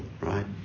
right